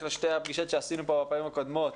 לשתי הפגישות שעשינו פה בפעמים הקודמות